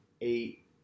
eight –